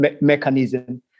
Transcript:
mechanism